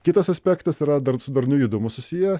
kitas aspektas yra dar su darniu judumu susiję